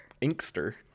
Inkster